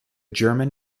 german